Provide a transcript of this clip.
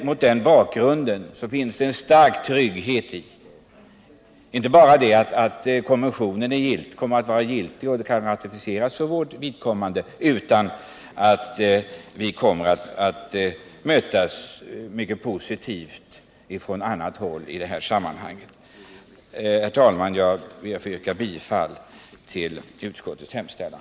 Mot den bakgrunden finns det en stark trygghet — inte bara i att konventionen kommer att vara giltig och kan ratificeras för vårt vidkommande utan också i att vi kommer att mötas mycket positivt från annat håll i detta sammanhang. Herr talman! Jag ber att få yrka bifall till utskottets hemställan.